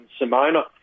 Simona